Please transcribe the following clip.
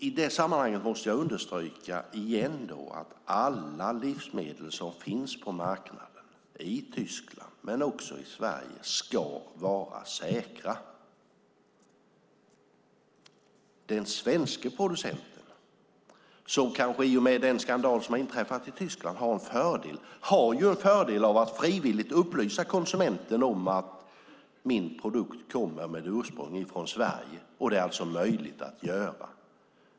I det sammanhanget måste jag understryka igen att alla livsmedel som finns på marknaden i Tyskland, men också i Sverige, ska vara säkra. Den svenske producenten, som kanske i och med den skandal som har inträffat i Tyskland har en fördel, har ju också en fördel av att frivilligt upplysa konsumenten om att produkten har sitt ursprung i Sverige. Det är alltså möjligt att göra.